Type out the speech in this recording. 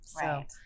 right